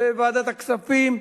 וועדת הכספים,